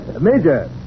Major